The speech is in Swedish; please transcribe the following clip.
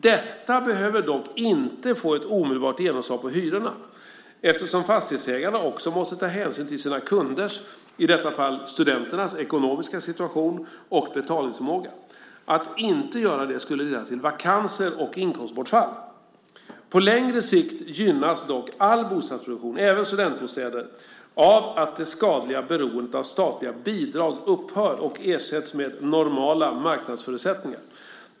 Detta behöver dock inte få ett omedelbart genomslag på hyrorna eftersom fastighetsägarna också måste ta hänsyn till sina kunders - i detta fall studenternas - ekonomiska situation och betalningsförmåga. Att inte göra det skulle leda till vakanser och inkomstbortfall. På längre sikt gynnas dock all bostadsproduktion, även studentbostäder, av att det skadliga beroendet av statliga bidrag upphör och ersätts med normala marknadsförutsättningar.